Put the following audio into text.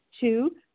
Two